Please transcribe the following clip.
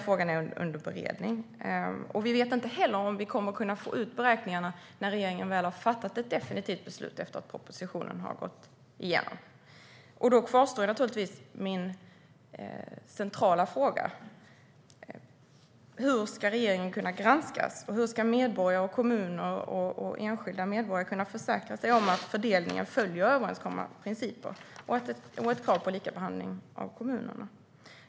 Frågan är under beredning. Jag vet inte heller om jag kommer att kunna få ut beräkningarna när regeringen väl har fattat ett definitivt beslut efter det att propositionen har gått igenom. Då kvarstår naturligtvis min centrala fråga: Hur ska regeringen kunna granskas, och hur ska medborgare, kommuner och enskilda medborgare kunna försäkra sig om att fördelningen följer överenskomna principer och kravet på likabehandling av kommunerna?